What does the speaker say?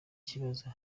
kibazo